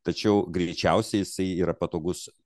tačiau greičiausiai jisai yra patogus